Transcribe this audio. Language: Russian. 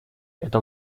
это